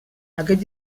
aquest